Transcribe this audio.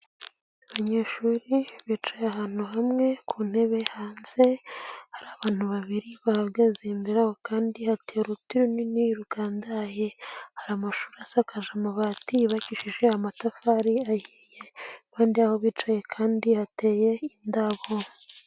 Abanyeshuri bicaye ahantu hamwe, ku ntebe hanze hari abantu babiri bahagaze, imbere y'aho kandi hateye uruti runini rugandaye, hari amashuri asakaje amabati yubakishije amatafari ahiye, impande y'aho bicaye kandi hateye indabo.